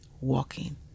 walking